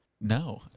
No